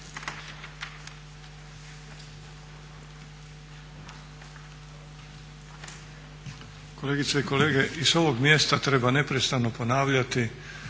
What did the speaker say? Kolegice i kolege. I s ovog mjesta treba neprestano ponavljati